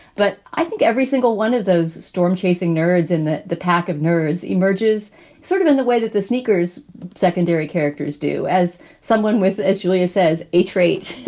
but i think every single one of those storm chasing nerds in the the pack of nerds emerges sort of in the way that the sneakers secondary characters do. as someone with, as julia says, a trait.